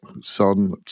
Son